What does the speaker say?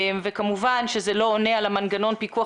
כמובן שזה לא עונה על מנגנון פיקוח